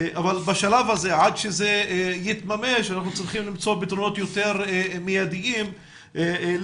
בשלב הזה עד שזה יתממש אנחנו צריכים למצוא פתרונות יותר מיידים לפחות